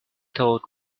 told